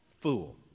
fool